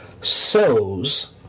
sows